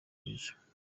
mwiza